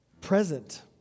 present